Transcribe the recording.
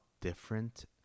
different